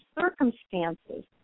circumstances